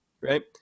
right